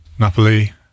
Napoli